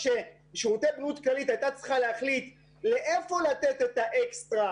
כששירותי בריאות כללית הייתה צריכה להחליט לאיפה לתת את האקסטרה,